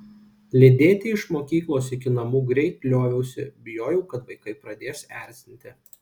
lydėti iš mokyklos iki namų greit lioviausi bijojau kad vaikai pradės erzinti